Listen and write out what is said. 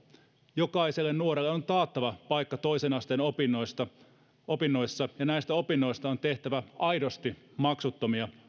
jokaiselle nuorelle on taattava paikka toisen asteen opinnoissa ja näistä opinnoista on tehtävä aidosti maksuttomia